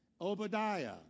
Obadiah